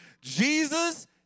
Jesus